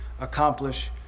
accomplish